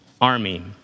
army